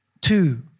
two